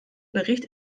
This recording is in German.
bericht